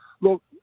look